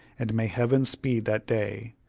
and may heaven speed that day!